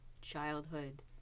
childhood